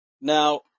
Now